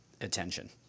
Attention